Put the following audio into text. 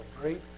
great